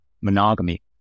monogamy